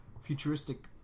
futuristic